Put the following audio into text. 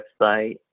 website